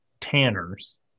tanners